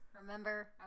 Remember